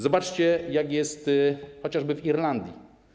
Zobaczcie, jak jest chociażby w Irlandii.